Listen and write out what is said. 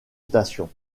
stations